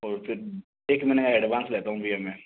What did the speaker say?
और फिर एक महीने का एडवांस लेता हूँ भैया मैं